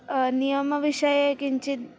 नियमविषये किञ्चिद्